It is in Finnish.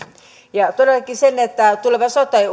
ja todellakin tulevan sote